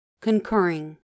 Concurring